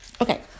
Okay